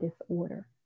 disorder